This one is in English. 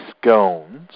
scones